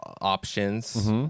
options